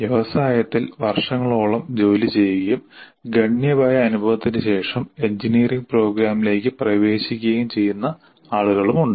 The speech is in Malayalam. വ്യവസായത്തിൽ വർഷങ്ങളോളം ജോലി ചെയ്യുകയും ഗണ്യമായ അനുഭവത്തിന് ശേഷം എഞ്ചിനീയറിംഗ് പ്രോഗ്രാമിലേക്ക് പ്രവേശിക്കുകയും ചെയ്യുന്ന ആളുകളുണ്ട്